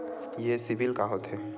ये सीबिल का होथे?